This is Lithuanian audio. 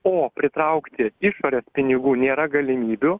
o pritraukti išorės pinigų nėra galimybių